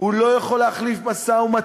הוא לא יכול להחליף משא-ומתן,